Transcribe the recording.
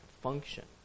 function